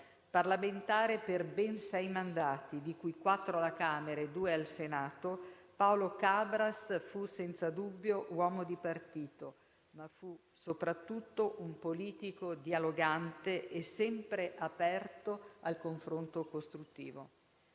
Parlamentare per ben sei mandati, di cui quattro alla Camera e due al Senato, Paolo Cabras fu senza dubbio uomo di partito, ma fu soprattutto un politico dialogante e sempre aperto al confronto costruttivo,